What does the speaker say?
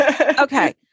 okay